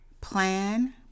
plan